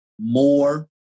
more